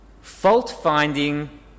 fault-finding